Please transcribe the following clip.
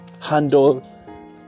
handle